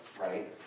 right